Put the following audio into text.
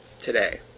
today